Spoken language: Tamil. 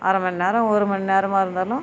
அரை மணிநேரம் ஒரு மணிநேரமா இருந்தாலும்